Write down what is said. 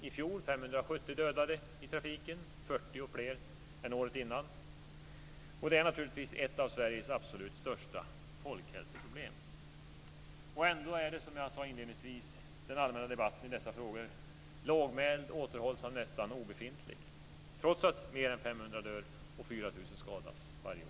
I fjol dödades 570 personer i trafiken, vilket var 40 fler än året innan. Det är naturligtvis ett av Sveriges absolut största folkhälsoproblem. Ändå är den allmänna debatten i dessa frågor lågmäld, återhållsam och nästan obefintlig, trots att mer än 500 dör och 4 000 skadas varje år.